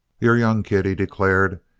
you're young, kid, he declared.